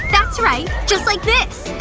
that's right! just like this